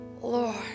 Lord